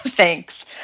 Thanks